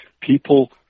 People